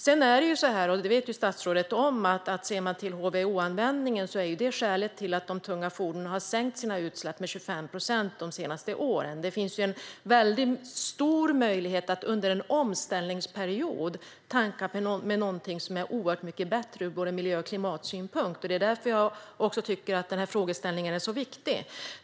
HVO-användningen är för övrigt skälet till att de tunga fordonen har sänkt sina utsläpp med 25 procent de senaste åren, vilket statsrådet vet om. Det finns stor möjlighet att under en omställningsperiod tanka med något som är oerhört mycket bättre ur både miljö och klimatsynpunkt. Därför tycker jag att frågan är så viktig.